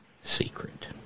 secret